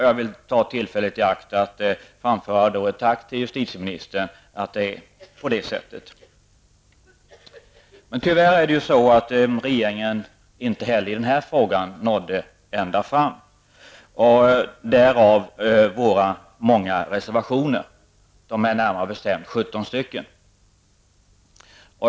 Jag vill ta tillfället i akt att framföra ett tack till justitieministern för att det är på det sättet. Men tyvärr nådde regeringen inte heller i den här frågan ända fram. Därav våra många reservationer. De är närmare bestämt 17 stycken.